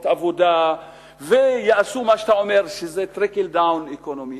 עבודה ויעשו מה שאתה אומר שזה Trickle Down economics,